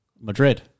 Madrid